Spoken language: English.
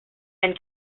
and